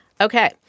Okay